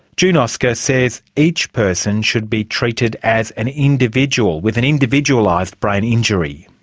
june oscar says each person should be treated as an individual with an individualised brain injury.